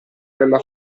bella